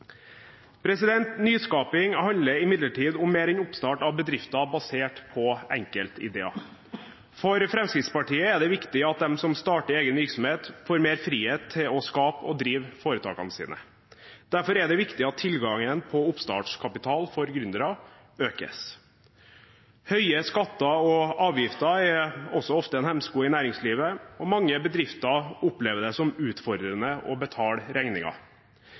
Nyskaping handler imidlertid om mer enn oppstart av bedrifter basert på enkeltideer. For Fremskrittspartiet er det viktig at de som starter egen virksomhet, får mer frihet til å skape og drive foretakene sine. Derfor er det viktig at tilgangen på oppstartskapital for gründere økes. Høye skatter og avgifter er også ofte en hemsko i næringslivet, og mange bedrifter opplever det som utfordrende å betale